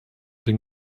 den